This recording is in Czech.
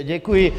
Děkuji.